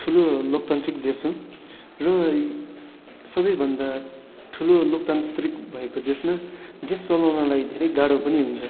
ठुलो लोकतान्त्रिक देश हो र सबैभन्दा ठुलो लोकतान्त्रिक भएको देशमा देश चलाउनलाई धेरै गाह्रो पनि हुन्छ